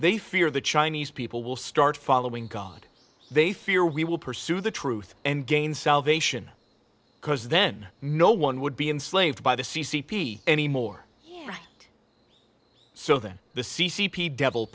they fear the chinese people will start following god they fear we will pursue the truth and gain salvation because then no one would be enslaved by the c c p any more so than the c c p devil